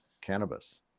cannabis